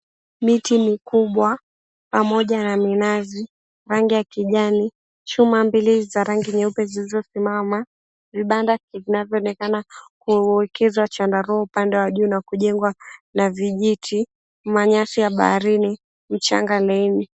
Miti mikubwa pamoja na minazi rangi ya kijani, chuma mbili za rangi nyeupe zilizosimama, vibanda vinavyoonekana kuwekeza chandarua upande wa juu na kujengwa na vijiti, manyasi ya baharini, mchanga laini.